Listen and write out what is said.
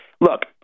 look –